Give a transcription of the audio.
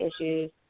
issues